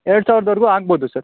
ಎರ್ಡು ಸಾವಿರದ ವರೆಗು ಆಗ್ಬೋದು ಸರ್